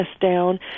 down